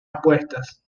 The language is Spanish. apuestas